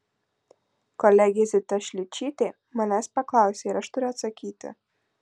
kolegė zita šličytė manęs paklausė ir aš turiu atsakyti